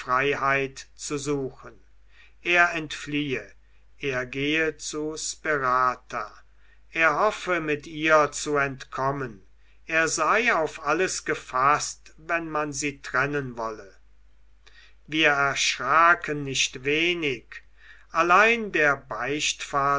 zu suchen er entfliehe er gehe zu sperata er hoffe mit ihr zu entkommen er sei auf alles gefaßt wenn man sie trennen wolle wir erschraken nicht wenig allein der beichtvater